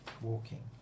walking